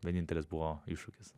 vienintelis buvo iššūkis